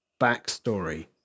backstory